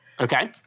Okay